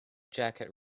jacket